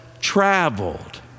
traveled